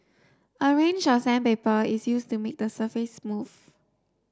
a range of sandpaper is used to make the surface smooth